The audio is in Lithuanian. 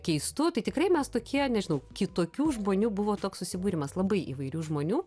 keistu tai tikrai mes tokie nežinau kitokių žmonių buvo toks susibūrimas labai įvairių žmonių